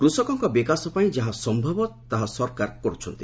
କୃଷକଙ୍କ ବିକାଶ ପାଇଁ ଯାହା ସମ୍ଭବ ତାଙ୍କ ସରକାର ତାହା କରୁଛନ୍ତି